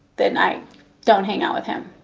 then i don't hang out with him.